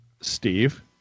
Steve